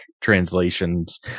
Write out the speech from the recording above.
translations